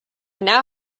now